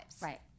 Right